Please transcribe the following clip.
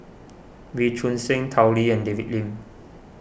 Wee Choon Seng Tao Li and David Lim